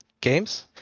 games